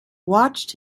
watched